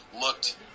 looked